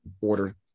order